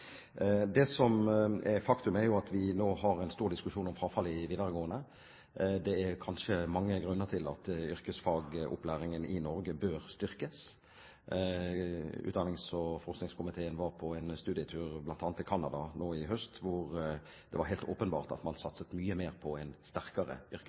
Faktum er at vi nå har en stor diskusjon om frafallet i videregående. Det er kanskje mange grunner til at yrkesfagopplæringen i Norge bør styrkes. Kirke-, utdannings- og forskningskomiteen var på studietur til bl.a. Canada nå i høst, hvor det var helt åpenbart at man